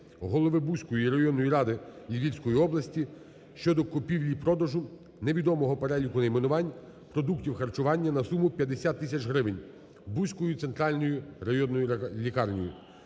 голови Буської районної ради Львівської області щодо купівлі-продажу невідомого переліку найменувань продуктів харчування на суму 50 тисяч гривень Буською центральною районною лікарнею.